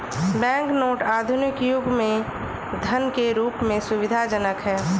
bank note आधुनिक युग में धन के रूप में सुविधाजनक हैं